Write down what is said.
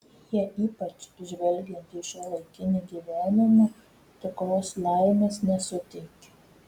jie ypač žvelgiant į šiuolaikinį gyvenimą tikros laimės nesuteikia